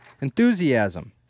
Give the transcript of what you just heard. Enthusiasm